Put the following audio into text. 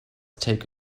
take